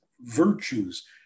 virtues